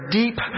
deep